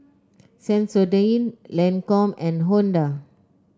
Sensodyne Lancome and Honda